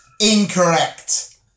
Incorrect